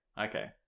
okay